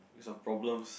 because of problems